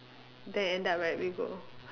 then end up right we go !huh!